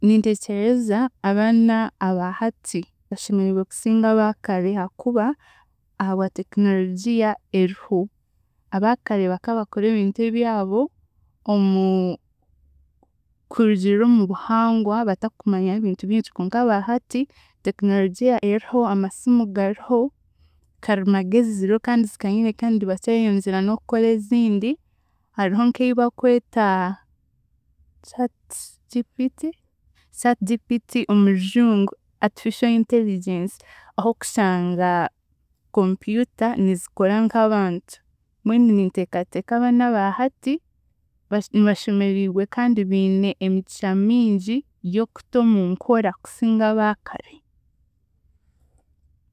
Ninteekyereza abaana abaahati bashemeriigwe kusinga abaakare haakuba aha bwa tekinorogia eriho. Abaakare bakaba bakora ebintu ebyabo omu- kurugiirira omu buhangwa batakumanya ebintu bingi konka abaahati tekinorogia eriho amasimu gariho, karimagezi ziriho kandi zikanyire kandi bakyayeyongyera n'okukora ezindi. Hariho nk'ei bakweta chart GPT?, chat GPT omu Rujungu Artificial Intelligence ah'okushanga computer nizikora nk'abantu mbwenu ninteekateeka abaana aba hati, bashe bashemeriigwe kandi biine emigisha mingi y'okuta omu nkora kusinga abaakare.